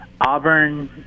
Auburn